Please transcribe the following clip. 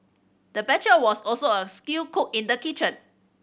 the butcher was also a skilled cook in the kitchen